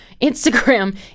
Instagram